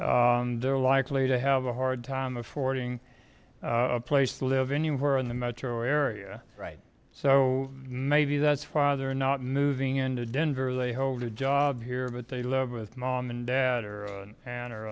industry they're likely to have a hard time affording a place to live anywhere in the metro area right so maybe that's farther not moving into denver they hold a job here but they love with mom and dad or an aunt or